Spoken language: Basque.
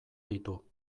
ditu